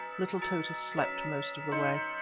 little tota slept most of the way,